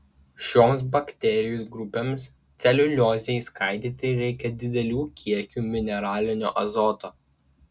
šioms bakterijų grupėms celiuliozei skaidyti reikia didelių kiekių mineralinio azoto